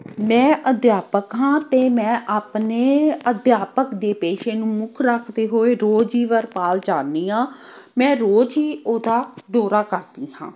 ਮੈਂ ਅਧਿਆਪਕ ਹਾਂ ਅਤੇ ਮੈਂ ਆਪਣੇ ਅਧਿਆਪਕ ਦੇ ਪੇਸ਼ੇ ਨੂੰ ਮੁੱਖ ਰੱਖਦੇ ਹੋਏ ਰੋਜ਼ ਹੀ ਵਰਪਾਲ ਜਾਂਦੀ ਹਾਂ ਮੈਂ ਰੋਜ਼ ਹੀ ਉਹਦਾ ਦੌਰਾ ਕਰਦੀ ਹਾਂ